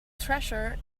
treasure